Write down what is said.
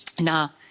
Now